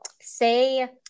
Say